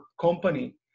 company